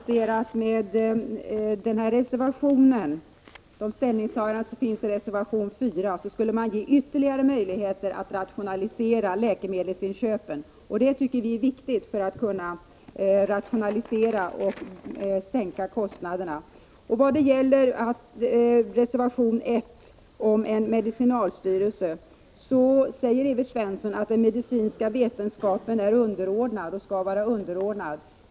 Fru talman! Vi anser att man med de ställningstaganden som finns i reservation 4 skulle ge ytterligare möjligheter att rationalisera läkemedelsinköpen. Det tycker jag är viktigt för att man skall kunna sänka kostnaderna. När det gäller reservation 1 om en medicinalstyrelse säger Evert Svensson att den medicinska vetenskapen är och skall vara underordnad.